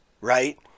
right